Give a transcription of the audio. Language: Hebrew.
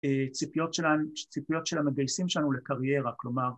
‫ציפיות של המגייסים שלנו לקריירה, ‫כלומר...